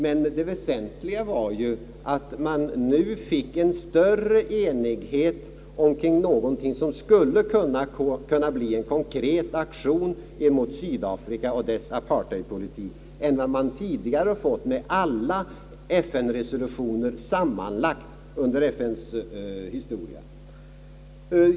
Men det väsentliga var ju att man nu fick en större enighet omkring någonting, som skulle kunna bli en konkret aktion mot Sydafrika och dess apartheidpolitik med större verkan än vad man tidigare fått med alla resolutioner sammanlagt under FN:s historia.